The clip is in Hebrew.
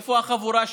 איפה החבורה שלו?